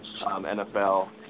NFL